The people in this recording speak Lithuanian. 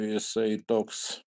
jisai toks